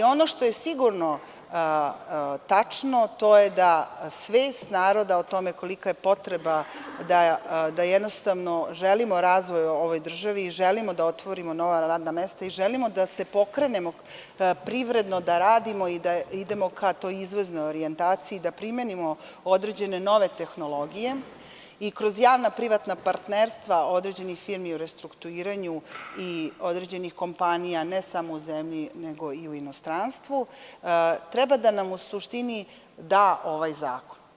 Ono što je sigurno tačno, to je da svest naroda o tome kolika je potreba, da jednostavno želimo razvoj ovoj državi, da želimo da otvorimo nova radna mesta i želimo da se pokrenemo privredno, da radimo i da idemo ka toj izvoznoj orijentaciji, da primenimo određene nove tehnologije i kroz javna privatna partnerstva određenih firmi u restrukturiranju i određenih kompanije, ne samo u zemlji, nego i u inostranstvu, treba da nam u suštini da ovaj zakon.